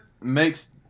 makes